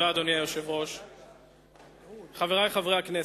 אדוני היושב-ראש, תודה, חברי חברי הכנסת,